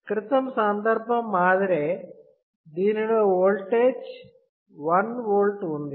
క్రితం సందర్భం మాదిరే దీని1KΩలో ఓల్టేజ్ 1V ఉంది